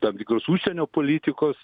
tam tikros užsienio politikos